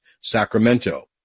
Sacramento